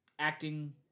acting